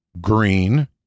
green